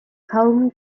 kaum